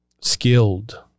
skilled